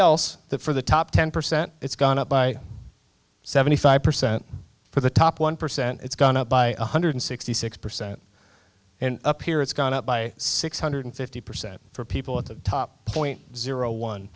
else for the top ten percent it's gone up by seventy five percent for the top one percent it's gone up by one hundred sixty six percent and up here it's gone up by six hundred fifty percent for people at the top point zero one